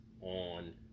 on